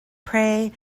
pray